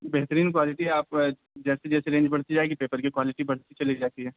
بہترین کوالٹی آپ جیسی جیسی رینج بڑھتی جائے گی پیپر کی کوالٹی بڑھتی چلی جاتی ہے